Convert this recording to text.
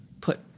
put